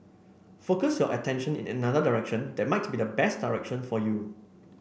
focus your attention in another direction that might be the best direction for you